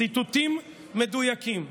ציטוטים מדויקים.